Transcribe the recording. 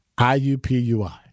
I-U-P-U-I